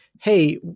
hey